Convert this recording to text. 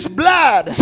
blood